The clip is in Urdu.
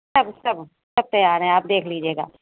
سب سب سب تیار ہیں آپ دیکھ لیجیے گا